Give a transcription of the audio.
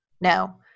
No